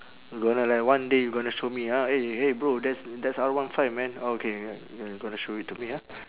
gonna like one day you gonna show me ah eh eh bro that's that's R one five man okay you gonna show it to me ah